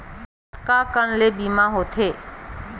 कतका कन ले बीमा होथे?